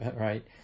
right